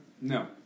No